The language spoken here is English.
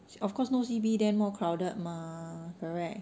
of course no C_B then more crowded mah correct